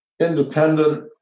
independent